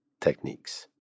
techniques